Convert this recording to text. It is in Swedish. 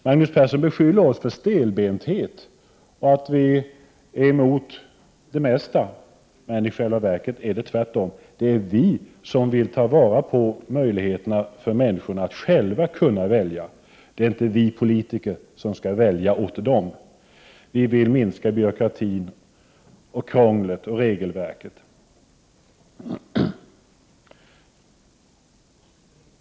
Magnus Persson beskyller oss för stelbenthet och för att vi är emot det mesta. I själva verket är det tvärtom. Det är vi som vill ta vara på möjligheterna för människorna att själva kunna välja. Det är inte vi politiker som skall välja åt dem. Vi vill minska byråkratin, krånglet och regelverket.